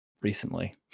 recently